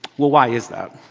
well why is that?